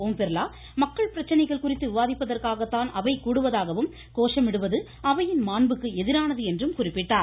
ஓம்பிர்லா மக்கள் பிரச்சனைகள் குறித்து விவாதிப்பதற்காகத்தான் அவை கூடுவதாகவும் கோஷமிடுவது அவையின் மாண்புக்கு எதிரானது என்றும் குறிப்பிட்டார்